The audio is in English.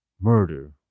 murder